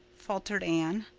faltered anne.